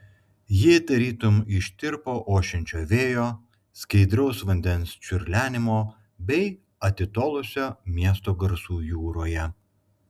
ji tarytum ištirpo ošiančio vėjo skaidraus vandens čiurlenimo bei atitolusio miesto garsų jūroje